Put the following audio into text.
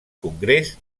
congrés